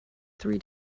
three